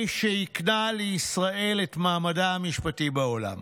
האיש שהקנה לישראל את מעמדה המשפטי בעולם.